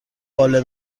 باله